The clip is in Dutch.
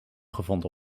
gevonden